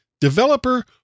Developer